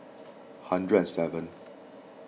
hundred and seven